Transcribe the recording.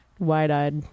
Wide-eyed